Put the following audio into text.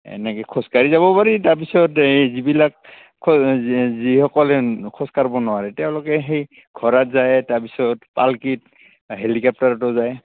এনেকৈ খোজকাঢ়িও যাব পাৰি তাৰপিছত এই যিবিলাক খো যিসকলে খোজকাঢ়িব নোৱাৰে তেওঁলোকে সেই ঘোঁৰাত যায় তাৰপিছত পাল্কীত হেলিকপ্টাৰতো যায়